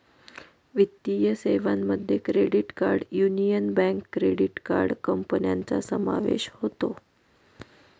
वित्तीय सेवांमध्ये credit card Union Bank credit card कंपन्यांचा समावेश होतो